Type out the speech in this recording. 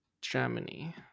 Germany